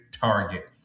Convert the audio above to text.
target